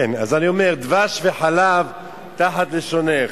כן, אז אני אומר: "דבש וחלב תחת לשונך",